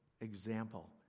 example